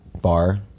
Bar